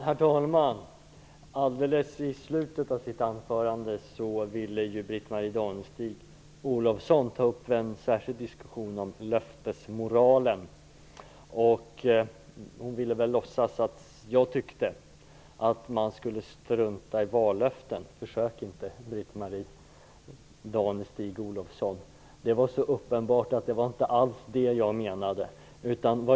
Herr talman! Alldeles i slutet av sitt anförande ville Britt-Marie Danestig-Olofsson ta upp en särskild diskussion om löftesmoralen. Hon ville väl låtsas att jag tyckte att man skulle strunta i vallöften. Försök inte, Britt-Marie Danestig-Olofsson! Det var uppenbart att det inte var det jag menade.